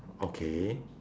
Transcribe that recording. okay